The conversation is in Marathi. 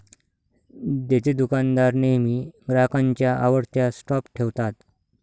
देतेदुकानदार नेहमी ग्राहकांच्या आवडत्या स्टॉप ठेवतात